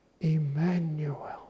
Emmanuel